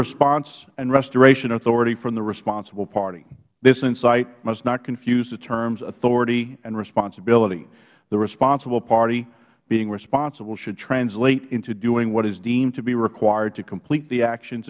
response and restoration authority from the responsible party this insight must not confuse the terms authority and responsibility the responsible party being responsible should translate into doing what is deemed to be required to complete the actions